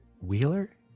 Wheeler